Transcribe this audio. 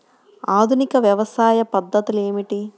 ఆధునిక వ్యవసాయ పద్ధతులు ఏమిటి?